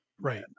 right